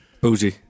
Bougie